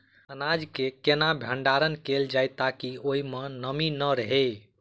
अनाज केँ केना भण्डारण कैल जाए ताकि ओई मै नमी नै रहै?